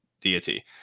deity